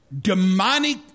demonic